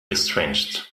estranged